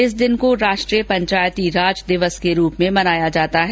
इस दिन को राष्ट्रीय पंचायती राज दिवस के रूप में मनाया जाता है